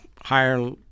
higher